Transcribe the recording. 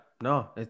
no